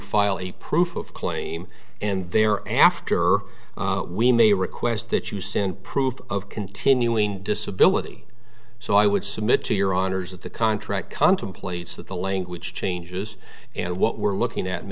file a proof of claim and there after we may request that you send proof of continuing disability so i would submit to your honor's that the contract contemplates that the language changes and what we're looking at